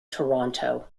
toronto